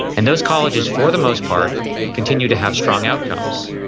and those colleges for the most part continue to have strong outcomes.